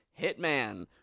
Hitman